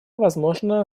возможно